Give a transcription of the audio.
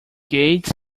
gates